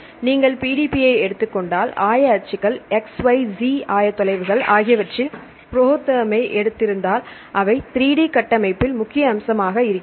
நீங்கள் PDB ஐ எடுத்துக் கொண்டால் ஆய அச்சுகள் XYZ ஆயத்தொலைவுகள் ஆகியவற்றில் ப்ரொதேரம் ஐ எடுத்திருந்தால் அவை 3D கட்டமைப்பில் முக்கிய அம்சமாக இருக்கிறது